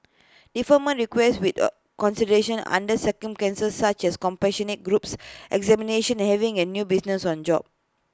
deferment requests with A consideration under circumstances such as compassionate groups examinations and having A new business or job